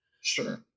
Sure